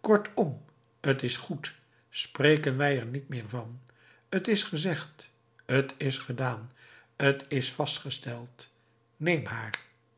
kortom t is goed spreken wij er niet meer van t is gezegd t is gedaan t is vastgesteld neem haar